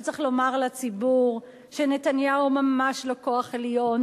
שצריך לומר לציבור שנתניהו ממש לא כוח עליון